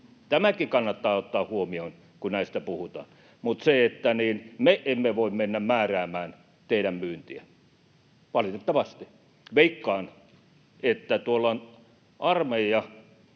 Tämäkin kannattaa ottaa huomioon, kun näistä puhutaan, mutta me emme voi mennä määräämään teidän myyntiä — valitettavasti. Veikkaan, että tuolla on armeija